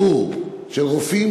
של רופאים,